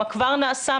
מה כבר נעשה,